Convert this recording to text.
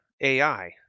AI